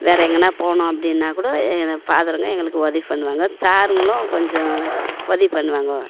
வேறு எங்கேனா போகணும் அப்படின்னா கூட எங்களுக் ஃபாதருங்க எங்களுக்கு உதவி பண்ணுவாங்கோ சாருங்களும் கொஞ்சம் உதவி பண்ணுவாங்க